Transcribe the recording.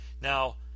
now